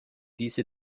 diese